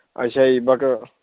ਅੱਛਾ ਜੀ ਬਕ